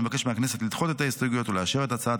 אני מבקש מהכנסת לדחות את ההסתייגויות ולאשר את הצעת